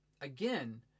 again